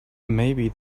maybe